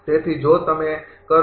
તેથી જો તમે કરો